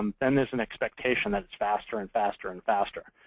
um and there's an expectation that it's faster and faster and faster.